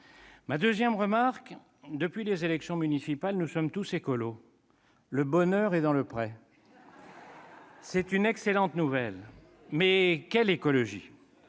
la suivante : depuis les élections municipales, nous sommes tous « écolos »! Le bonheur est dans le pré ! C'est une excellente nouvelle. Mais quelle écologie ?